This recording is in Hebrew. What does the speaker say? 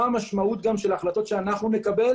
מה המשמעות של ההחלטות שאנחנו נקבל